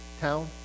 town